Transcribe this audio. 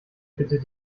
bitten